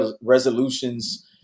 resolutions